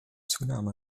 zunahme